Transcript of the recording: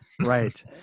Right